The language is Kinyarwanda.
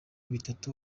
bitatu